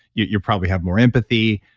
you you probably have more empathy.